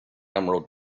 emerald